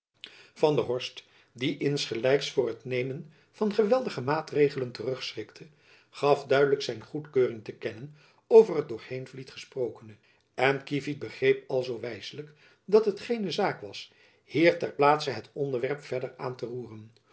van der horst die insgelijks voor het nemen van geweldige maatregelen terugschrikte gaf luide zijn goedkeuring te kennen over het door heenvliet gesprokene en kievit begreep alzoo wijsselijk dat het geene zaak was hier ter plaatse het onderwerp verder aan te roeren